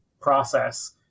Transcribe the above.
process